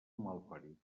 malparit